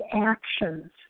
actions